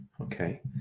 Okay